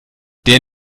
der